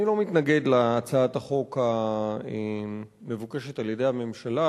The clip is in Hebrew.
אני לא מתנגד להצעת החוק המבוקשת על-ידי הממשלה,